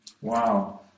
Wow